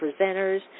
presenters